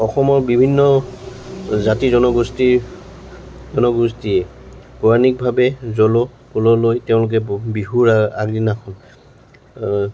অসমৰ বিভিন্ন জাতি জনগোষ্ঠীৰ জনগোষ্ঠীয়ে পৌৰাণিকভাৱে জল পল'লৈ তেওঁলোকে ব বিহুৰ আগদিনাখন